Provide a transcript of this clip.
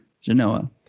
Genoa